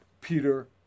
Peter